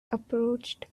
approached